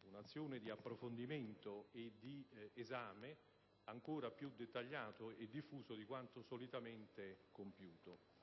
un'azione di approfondimento e di esame ancora più dettagliata e diffusa di quanto solitamente compiuto.